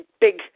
big